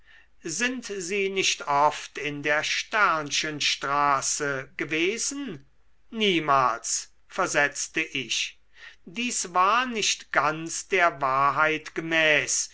sind sie nicht oft in der straße gewesen niemals versetzte ich dies war nicht ganz der wahrheit gemäß